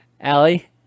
Allie